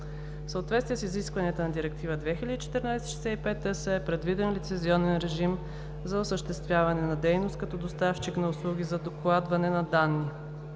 В съответствие с изискванията на Директива 2014/65/ЕС е предвиден лицензионен режим за осъществяване на дейност като доставчик на услуги за докладване на данни.